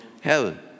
heaven